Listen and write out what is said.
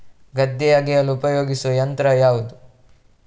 ಗದ್ದೆ ಅಗೆಯಲು ಉಪಯೋಗಿಸುವ ಯಂತ್ರ ಯಾವುದು?